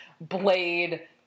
Blade